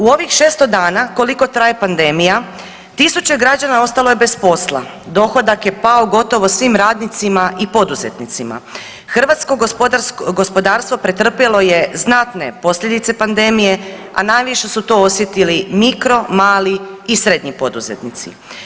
U ovih 600 dana koliko traje pandemija tisuće građana ostalo je bez posla, dohodak je pao gotovo svim radnicima i poduzetnicima, hrvatsko gospodarstvo pretrpjelo je znatne posljedice pandemije, a najviše su to osjetili mikro, mali i srednji poduzetnici.